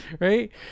right